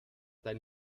dein